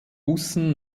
bussen